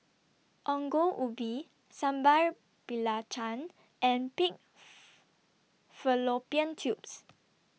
Ongol Ubi Sambal Belacan and Pig Fallopian Tubes